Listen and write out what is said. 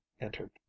entered